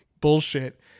bullshit